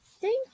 Thank